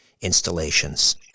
installations